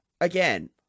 again